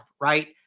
right